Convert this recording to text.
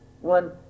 one